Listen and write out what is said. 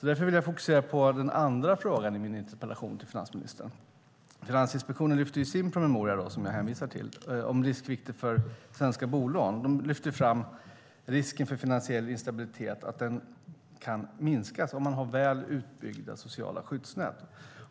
Därför vill jag fokusera på den andra frågan i min interpellation till finansministern. Finansinspektionen lyfter i sin promemoria om riskvikter för svenska bolån som jag hänvisar till fram att risken för finansiell instabilitet kan minskas om man har väl utbyggda sociala skyddsnät.